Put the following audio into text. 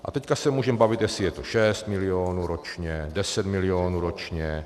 A teď se můžeme bavit, jestli je to šest milionů ročně, deset milionů ročně.